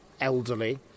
elderly